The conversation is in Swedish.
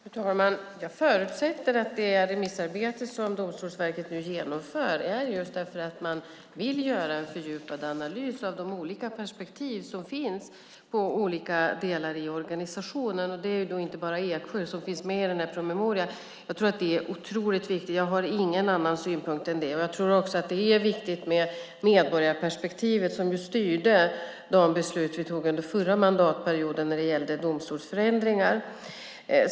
Fru talman! Jag förutsätter att det remissarbete som Domstolsverket nu genomför sker just därför att man vill göra en fördjupad analys av de olika perspektiv som finns på olika delar av organisationen. Det är inte bara Eksjö som finns med i promemorian. Jag tror att detta är otroligt viktigt, och jag har ingen annan synpunkt än denna. Jag tror också att medborgarperspektivet är viktigt. Det var det som styrde de beslut vi fattade under förra mandatperioden när det gällde domstolsförändringar.